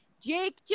Jake